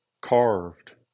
carved